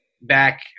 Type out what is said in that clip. back